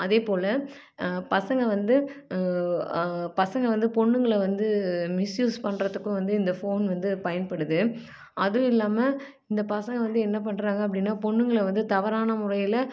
அதே போல் பசங்க வந்து பசங்க வந்து பொண்ணுங்களை வந்து மிஸ்யூஸ் பண்ணுறதுக்கும் இந்த ஃபோன் வந்து பயன்படுது அதுவும் இல்லாமல் இந்த பசங்க வந்து என்ன பண்ணுறாங்க அப்படினா பொண்ணுங்களை வந்து தவறான முறையில்